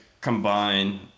combine